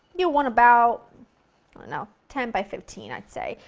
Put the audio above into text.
you want about, i don't know, ten by fifteen, i'd say.